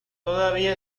todavía